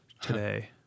today